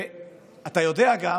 ואתה יודע גם